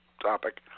topic